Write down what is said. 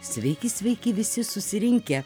sveiki sveiki visi susirinkę